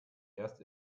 erst